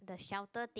the shelter thing